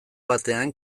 batean